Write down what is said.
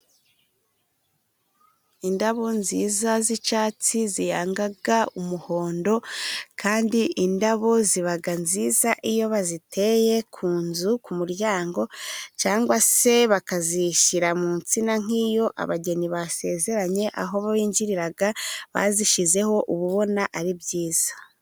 Indabo nziza z'icyatsi ziyanga umuhondo kandi indabo ziba nziza iyo baziteye ku nzu ku muryango cyangwa se bakazishyira mu nsina nk'iyo abageni basezeranye aho binjirira bazishyizeho uba ubona ari byiza.